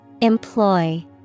Employ